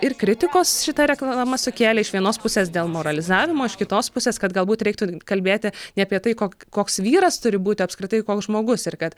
ir kritikos šita reklama sukėlė iš vienos pusės dėl moralizavimo iš kitos pusės kad galbūt reiktų kalbėti ne apie tai ko koks vyras turi būti o apskritai koks žmogus ir kad